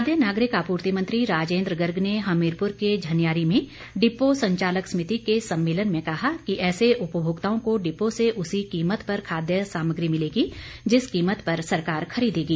खाद्य नागरिक आपूर्ति मंत्री राजेन्द्र गर्ग ने हमीरपुर के झनियारी में डिपो संचालक समिति के सम्मेलन में कहा कि ऐसे उपभोक्ताओं को डिपो से उसी कीमत पर खाद्य सामग्री मिलेगी जिस कीमत पर सरकार खरीदेगी